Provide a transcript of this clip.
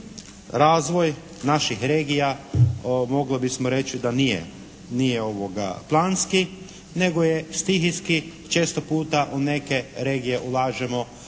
razvoj naših regija mogli bismo reći da nije planski nego je stihijski. Često puta u neke regije ulažemo novac